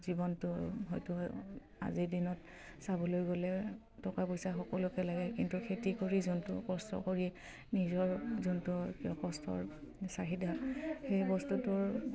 জীৱনটো হয়তো হয় আজিৰ দিনত চাবলৈ গ'লে টকা পইচা সকলোকে লাগে কিন্তু খেতি কৰি যোনটো কষ্ট কৰি নিজৰ যোনটো কিয় কষ্টৰ চাহিদা সেই বস্তুটোৰ